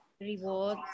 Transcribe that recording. Rewards